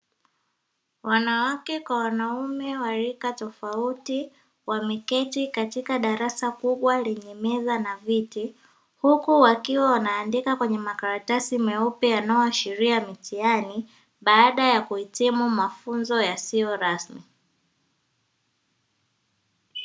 Wanawake na wanaume wa rika tofauti wakiwa wameketi katika darasa kubwa lenye meza na viti, huku wakiwa wanaandika kwenye makaratasi meupe yanayoashiria mitihani baada ya kuhitimu mafunzo yasiyo rasmi.